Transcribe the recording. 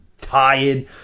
tired